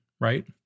right